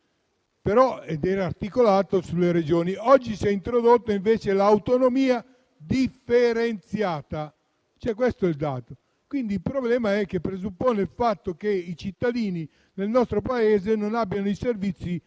ed è articolato sulle Regioni. Oggi è stata introdotta invece l'autonomia differenziata: questo è il dato. Il problema è che ciò presuppone il fatto che i cittadini nel nostro Paese non abbiano i servizi e le